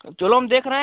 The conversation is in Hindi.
तो चलो हम देख रहें